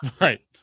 Right